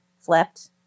flipped